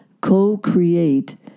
co-create